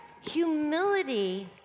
humility